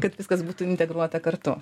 kad viskas būtų integruota kartu